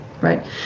Right